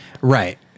right